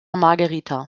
margherita